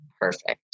perfect